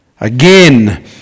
Again